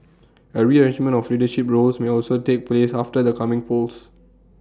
A rearrangement of leadership roles may also take place after the coming polls